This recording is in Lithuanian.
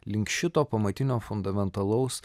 link šito pamatinio fundamentalaus